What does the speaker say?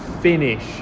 finish